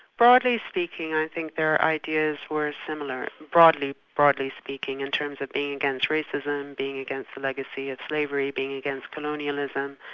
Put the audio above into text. broadly speaking i think their ideas were similar, broadly broadly speaking in terms of being against racism, being against the legacy of slavery, being against colonialism,